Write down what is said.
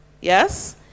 Yes